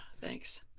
Thanks